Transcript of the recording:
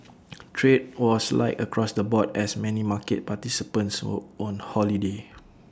trade was light across the board as many market participants were on holiday